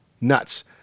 Nuts